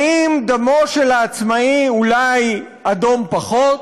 האם דמו של העצמאי אולי אדום פחות?